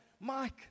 Mike